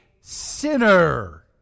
sinner